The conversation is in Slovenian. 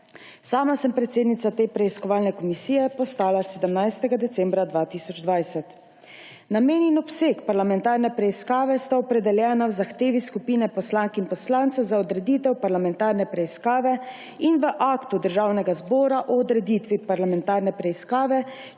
Sama sem predsednica te preiskovalne komisije postala 17. decembra 2020. Namen in obseg parlamentarne preiskave sta opredeljena v zahtevi skupine poslank in poslancev za odreditev parlamentarne preiskave in v Aktu Državnega zbora o odreditvi parlamentarne preiskave,